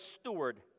steward